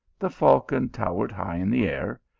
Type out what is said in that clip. the falcon towered high in the air,